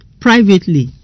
privately